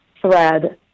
thread